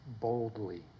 boldly